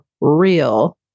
real